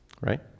right